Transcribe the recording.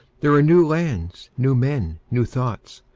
there are new lands, new men, new thoughts.